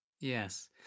Yes